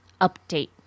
update